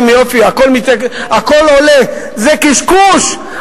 אומרים: יופי, הכול עולה, זה קשקוש.